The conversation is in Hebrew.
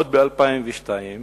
עוד ב-2002,